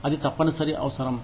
అది తప్పనిసరి అవసరం